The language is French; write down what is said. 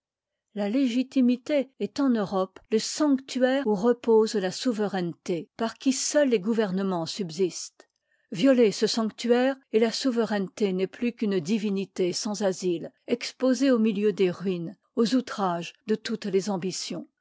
la légitimité est en europe le sanctuaire où repose la souveraineté par qui seul les gouvernemens subsistent violez ce sanctuaire et la souveraitieté n'est plus qu'une divinité sans asile exposée aa milieu des ruines aux outrages de toutes les ambitions